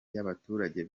y’abaturage